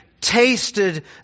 tasted